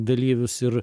dalyvius ir